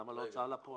למה להוצאה לפועל?